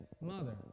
mother